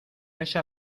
esa